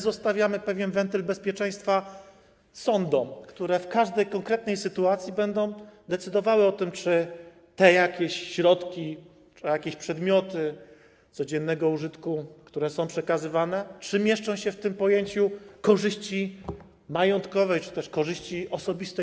Zostawiamy pewien wentyl bezpieczeństwa sądom, które w każdej konkretnej sytuacji będą decydowały o tym, czy jakieś środki, jakieś przedmioty codziennego użytku, które są przekazywane, mieszczą się w tym pojęciu korzyści majątkowej czy też korzyści osobistej.